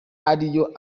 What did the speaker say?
ariyo